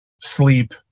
sleep